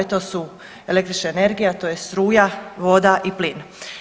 To su električna energija, to je struja, voda i plin.